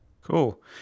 Cool